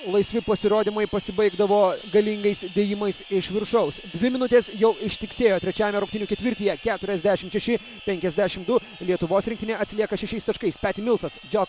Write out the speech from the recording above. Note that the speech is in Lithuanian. laisvi pasirodymai pasibaigdavo galingais dėjimais iš viršaus dvi minutės jau ištiksėjo trečiajame rungtynių ketvirtyje keturiasdešim šeši penkiasdešim du lietuvos rinktinė atsilieka šešiais taškais peti milsas džo